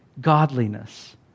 godliness